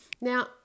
Now